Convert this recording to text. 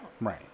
Right